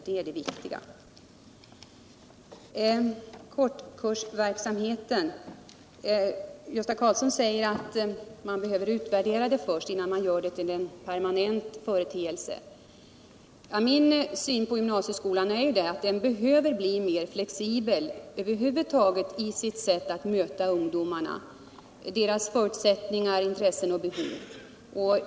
När det gäller kortkursverksamheten säger Gösta Karlsson att man behöver utvärdera den innan man gör den till en permanent företeelse. Min syn på gymnasieskolan är att den behöver bli mer flexibel i sitt sätt att möta ungdomarna, deras förutsättningar och intressen och behov.